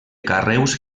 carreus